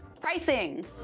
pricing